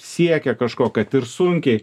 siekė kažko kad ir sunkiai